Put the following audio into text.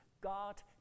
God